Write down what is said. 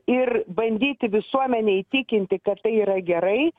ir bandyti visuomenę įtikinti kad tai yra gerai